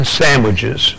sandwiches